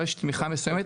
אבל יש תמיכה מסוימת.